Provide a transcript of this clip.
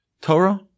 Torah